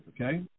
Okay